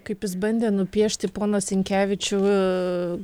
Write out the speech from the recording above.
kaip jis bandė nupiešti poną sinkevičių ir